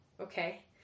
okay